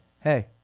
hey